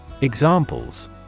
Examples